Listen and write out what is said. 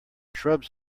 shrubs